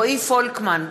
רועי פולקמן,